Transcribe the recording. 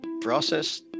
process